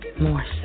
more